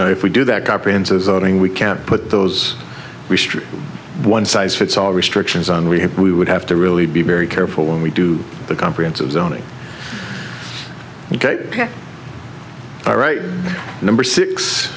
know if we do that corporations as od'ing we can't put those restrict one size fits all restrictions on we we would have to really be very careful when we do a comprehensive zoning and all right number six